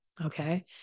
Okay